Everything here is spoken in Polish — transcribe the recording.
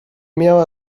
miała